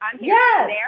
Yes